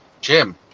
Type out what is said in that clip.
Jim